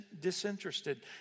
disinterested